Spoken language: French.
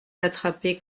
attrapés